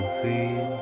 feel